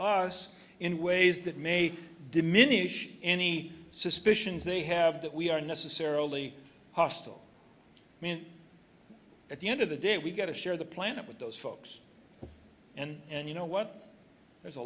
us in ways that may diminish any suspicions they have that we are necessarily hostile i mean at the end of the day we've got to share the planet with those folks and and you know what there's a